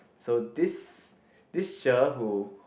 so this this teacher who